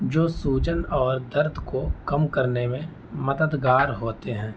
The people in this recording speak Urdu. جو سوجن اور درد کو کم کرنے میں مددگار ہوتے ہیں